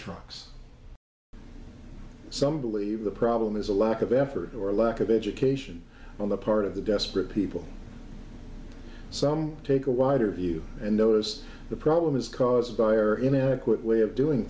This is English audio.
trucks some believe the problem is a lack of effort or lack of education on the part of the desperate people some take a wider view and notice the problem is caused by or inadequate way of doing